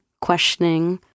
questioning